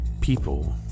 people